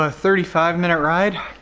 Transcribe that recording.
ah thirty five minute ride,